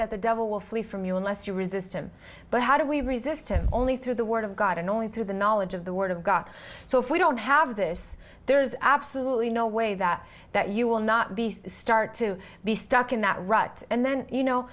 that the devil will flee from you unless you resist him but how do we resist him only through the word of god and only through the knowledge of the word of god so if we don't have this there is absolutely no way that that you will not be start to be stuck in that rut and then you know